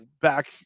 back